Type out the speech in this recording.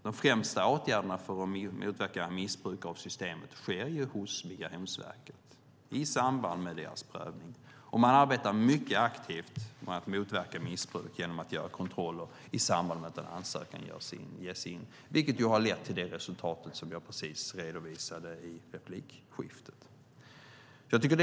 De främsta åtgärderna för att motverka missbruk av systemet sker hos Migrationsverket i samband med prövningen. Man arbetar mycket aktivt med att motverka missbruk genom att göra kontroller i samband med att en ansökan ges in, vilket har lett till det resultat som jag redovisade ett tidigare inlägg.